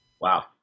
Wow